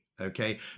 okay